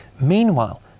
Meanwhile